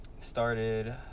started